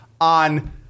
on